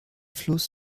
fluss